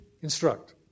instruct